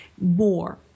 more